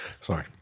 Sorry